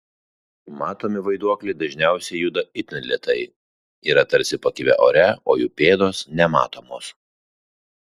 matomi vaiduokliai dažniausiai juda itin lėtai yra tarsi pakibę ore o jų pėdos nematomos